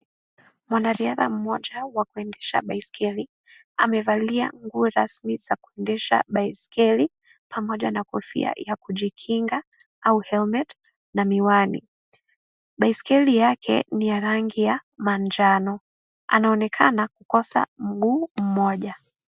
Mwariadha mmoja, wa kuendesha baiskeli, amevalia nguo rasmi za kuendesha baiskeli, pamoja na kofia ya kujikinga au helmet na miwani. Baisikeli yake, ni ya rangi ya manjano. Anaonekana kukosa mguu mmoja.